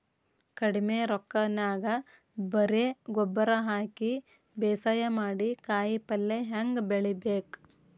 ಕಡಿಮಿ ರೊಕ್ಕನ್ಯಾಗ ಬರೇ ಗೊಬ್ಬರ ಹಾಕಿ ಬೇಸಾಯ ಮಾಡಿ, ಕಾಯಿಪಲ್ಯ ಹ್ಯಾಂಗ್ ಬೆಳಿಬೇಕ್?